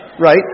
right